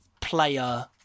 player